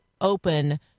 open